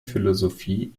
philosophie